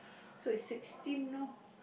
so is sixteen know